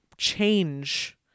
change